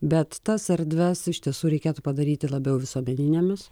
bet tas erdves iš tiesų reikėtų padaryti labiau visuomeninėmis